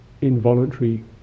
involuntary